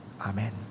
Amen